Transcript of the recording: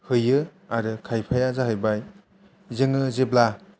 हैयो आरो खायफाया जाहैबाय जोङो जेब्ला